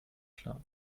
klar